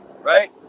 Right